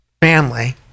family